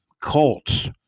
Colts